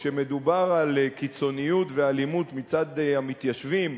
כשמדובר על קיצוניות ואלימות מצד המתיישבים,